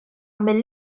mill